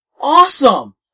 awesome